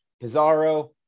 Pizarro